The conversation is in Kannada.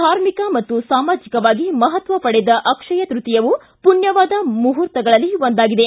ಧಾರ್ಮಿಕ ಸಾಮಾಜಿಕವಾಗಿ ಮಹತ್ವ ಪಡೆದ ಅಕ್ಷಯ ತ್ಯತೀಯವು ಮಣ್ನವಾದ ಮುಹೂರ್ತಗಳಲ್ಲಿ ಒಂದಾಗಿದೆ